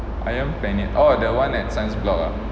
ayam penyet oh the one at science block ah